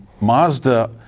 Mazda